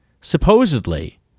Supposedly